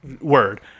Word